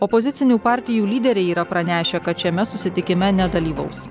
opozicinių partijų lyderiai yra pranešę kad šiame susitikime nedalyvaus